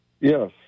Yes